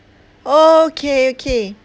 oh okay okay